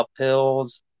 uphills